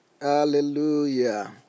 Hallelujah